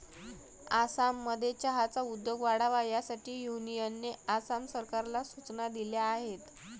आसाममध्ये चहाचा उद्योग वाढावा यासाठी युनियनने आसाम सरकारला सूचना दिल्या आहेत